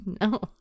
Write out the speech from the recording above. No